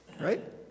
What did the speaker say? right